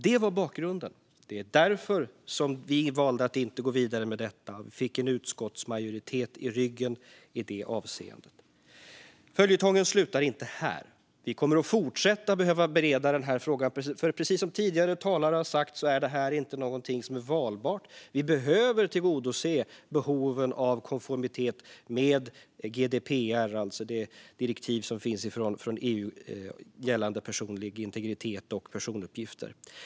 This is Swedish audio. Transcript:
Det var bakgrunden, och det var därför vi inte valde att gå vidare med detta och fick en utskottsmajoritet i ryggen i det avseendet. Men följetongen slutar inte här. Vi kommer att behöva fortsätta bereda denna fråga, för precis som tidigare talare har sagt är detta inte valbart. Vi behöver tillgodose behoven av konformitet med GDPR, alltså det EU-direktiv som finns gällande personlig integritet och personuppgifter.